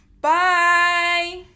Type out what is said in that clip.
Bye